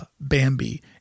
Bambi